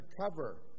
cover